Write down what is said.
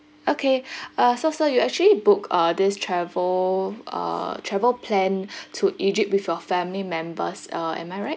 okay uh so sir you actually booked uh this travel uh travel plan to egypt with your family members uh am I right